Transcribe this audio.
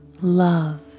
love